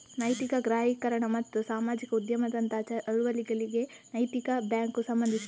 ನೈತಿಕ ಗ್ರಾಹಕೀಕರಣ ಮತ್ತು ಸಾಮಾಜಿಕ ಉದ್ಯಮದಂತಹ ಚಳುವಳಿಗಳಿಗೆ ನೈತಿಕ ಬ್ಯಾಂಕು ಸಂಬಂಧಿಸಿದೆ